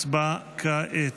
הצבעה כעת.